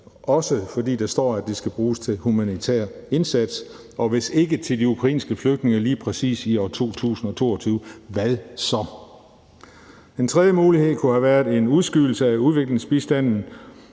også fordi der står, at de skal bruges til humanitær indsats. Og hvis ikke lige præcis til de ukrainske flygtninge i 2022, hvad så? En tredje mulighed kunne have været en udskydelse af udviklingsbistanden,